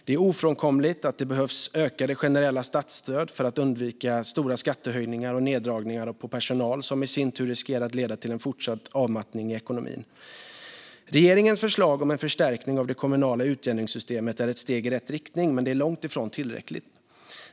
Det är ofrånkomligt att det behövs ökade generella statsstöd för att undvika stora skattehöjningar och neddragningar på personal, som i sin tur riskerar att leda till en fortsatt avmattning i ekonomin. Regeringens förslag om en förstärkning av det kommunala utjämningssystemet är ett steg i rätt riktning, men det är långt ifrån tillräckligt.